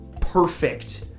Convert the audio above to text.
perfect